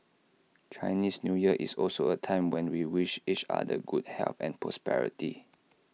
Chinese New Year is also A time when we wish each other good health and prosperity